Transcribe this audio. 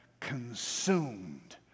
Consumed